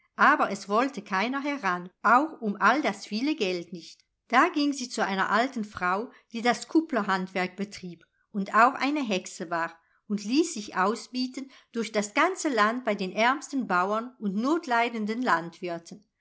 aber es wollte keiner heran auch um all das viele geld nicht da ging sie zu einer alten frau die das kupplerhandwerk betrieb und auch eine hexe war und ließ sich ausbieten durch das ganze land bei den ärmsten bauern und notleidenden landwirten